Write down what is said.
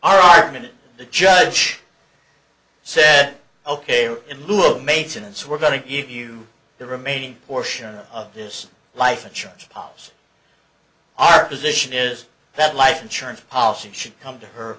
our argument is the judge said ok in lieu of maintenance we're going to give you the remaining portion of this life insurance policy our position is that life insurance policy should come to her